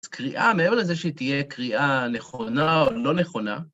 אז קריאה מעבר לזה שהיא תהיה קריאה נכונה או לא נכונה.